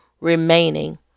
remaining